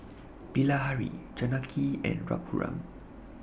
Bilahari Janaki and Raghuram